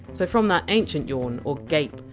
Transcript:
so from that ancient yawn or gape,